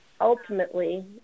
ultimately